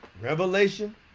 Revelation